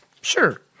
Sure